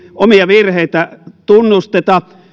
omia virheitä tunnusteta